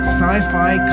sci-fi